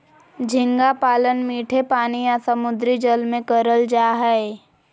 झींगा पालन मीठे पानी या समुंद्री जल में करल जा हय